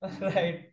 right